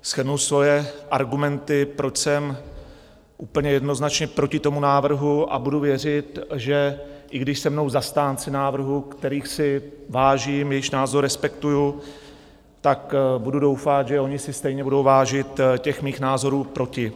Shrnu svoje argumenty, proč jsem úplně jednoznačně proti tomu návrhu, a budu věřit, že i když se mnou zastánci návrhu, kterých si vážím, jejichž názor respektuji, , tak budu doufat, že oni si stejně budou vážit těch mých názorů proti.